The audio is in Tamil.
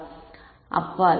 மாணவர் அப்பால்